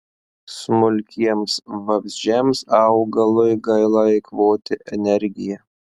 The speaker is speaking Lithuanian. smulkiems vabzdžiams augalui gaila eikvoti energiją